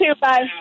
Bye